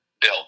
bill